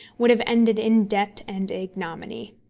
would have ended in debt and ignominy.